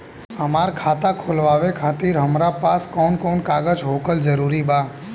हमार खाता खोलवावे खातिर हमरा पास कऊन कऊन कागज होखल जरूरी बा?